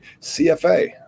CFA